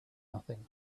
nothing